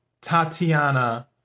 Tatiana